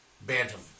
Bantam